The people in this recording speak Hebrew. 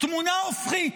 תמונה הופכית.